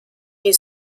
die